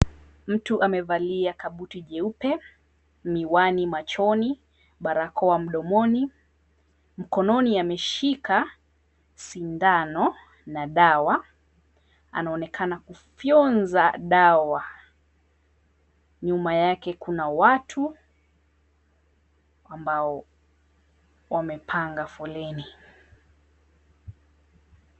Mtu amevalia kabuti jeupe, miwami machoni, barakoa mdomoni, mkononi ameshika sindano na dawa. Anaonekana kufyonza dawa, nyuma yake kuna watu ambao wamepanga foleni.